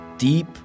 deep